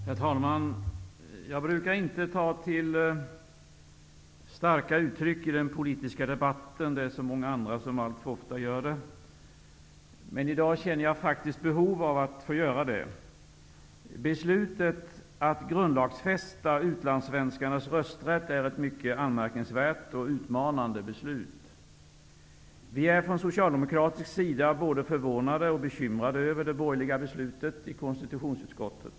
Herr talman! Jag brukar inte ta till starka ord i den politiska debatten -- det är det så många andra som alltför ofta gör. Men i dag känner också jag ett behov av att få göra det. Beslutet att grundlagsfästa utlandssvenskarnas rösträtt är mycket anmärkningsvärt och utmanande. Vi från socialdemokratisk sida är både förvånade och bekymrade över det borgerliga beslutet i konstitutionsutskottet.